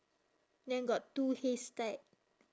then got two haystack